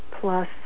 plus